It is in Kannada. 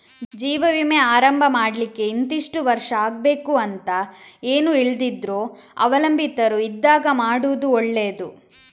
ಜೀವ ವಿಮೆ ಆರಂಭ ಮಾಡ್ಲಿಕ್ಕೆ ಇಂತಿಷ್ಟು ವರ್ಷ ಆಗ್ಬೇಕು ಅಂತ ಏನೂ ಇಲ್ದಿದ್ರೂ ಅವಲಂಬಿತರು ಇದ್ದಾಗ ಮಾಡುದು ಒಳ್ಳೆದು